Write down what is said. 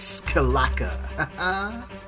Kalaka